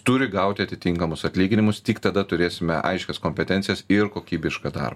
turi gauti atitinkamus atlyginimus tik tada turėsime aiškias kompetencijas ir kokybišką dar